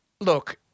Look